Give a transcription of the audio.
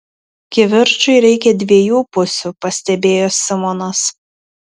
kivirčui reikia dviejų pusių pastebėjo simonas